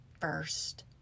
first